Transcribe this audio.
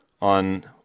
on